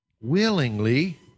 willingly